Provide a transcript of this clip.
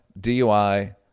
DUI